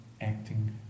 acting